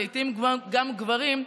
ולעיתים גם גברים,